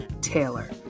Taylor